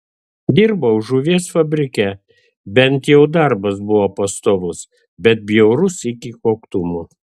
dirbau žuvies fabrike bent jau darbas buvo pastovus bet bjaurus iki koktumo